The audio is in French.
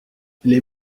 les